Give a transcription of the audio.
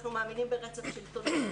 אנחנו מאמינים ברצף שלטוני,